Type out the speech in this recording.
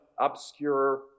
obscure